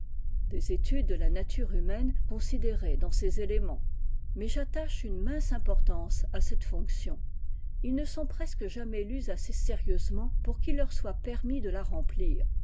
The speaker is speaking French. des études de la nature humaine considérée dans ses éléments mais j'attache une mince importance à cette fonction ils ne sont presque jamais lus assez sérieusement pour qu'il leur soit permis de la remplir